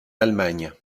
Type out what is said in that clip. allemagne